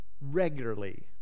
regularly